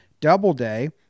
Doubleday